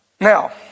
Now